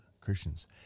Christians